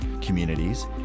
communities